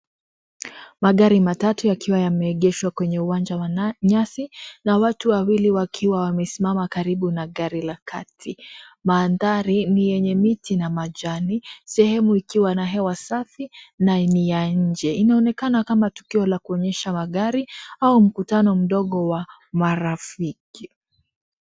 Magari matatu yakiwa yameegeshwa kwenye uwanja wa nya, nyasi, na watu wawili wakiwa wamesimama karibu na gari la kati, manthari ni yenye miti na majani, sehemu ikiwa na hewa safi, na ni ya nje, inaonekana kama tukio la kuonyesha magari, au mkutano mdogo wa, marafiki.